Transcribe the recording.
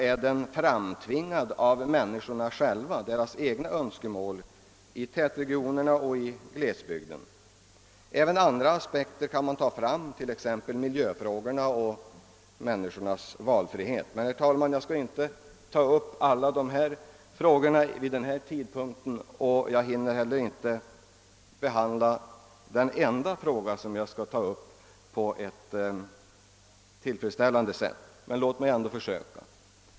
Är den framtvingad av människorna själva, av deras egna önskemål i tätregionerna och i glesbygderna? Även andra frågor kan föras fram, t.ex. miljöfrågorna och människornas valfrihet. Jag skall inte ta upp alla dessa frågor vid denna tidpunkt utan begränsa mig till en. Jag hinner heller inte på ett tillfredsställande sätt behandla den enda frågan så sent på kvällen. Men låt mig ändå försöka!